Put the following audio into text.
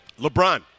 LeBron